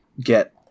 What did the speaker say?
get